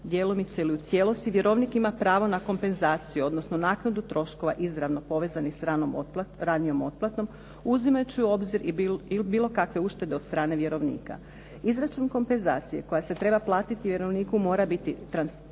djelomice ili u cijelosti vjerovnik ima pravo na kompenzaciju, odnosno naknadu troškova izravno povezanih s ranijom otplatom uzimajući u obzir i bilo kakve uštede od strane vjerovnika. Izračun kompenzacije koja se treba platiti vjerovniku mora biti transparentna